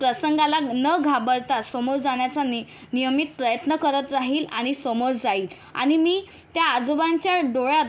प्रसंगाला न घाबरता समोर जाण्याचा नि नियमित प्रयत्न करत राहील आणि समोर जाईल आणि मी त्या आजोबांच्या डोळ्यात